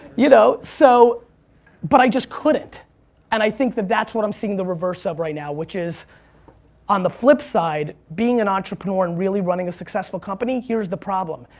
you know, so but i just couldn't and i think that that's what i'm seeing the reverse of right now which is on the flip side being an entrepreneur and really running a successful company, here's the problem.